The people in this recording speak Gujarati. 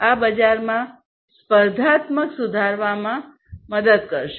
આ બજારમાં સ્પર્ધાત્મકતા સુધારવામાં મદદ કરશે